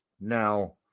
Now